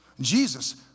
Jesus